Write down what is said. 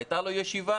הייתה לו ישיבה?